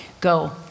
Go